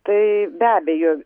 tai be abejo